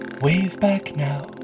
wave back now.